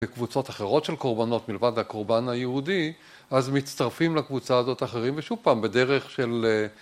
וקבוצות אחרות של קורבנות מלבד הקורבן היהודי, אז מצטרפים לקבוצה הזאת אחרים ושוב פעם בדרך של